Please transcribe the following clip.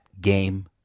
game